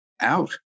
out